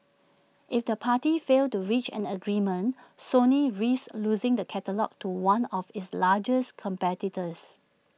if the parties fail to reach an agreement Sony risks losing the catalogue to one of its largest competitors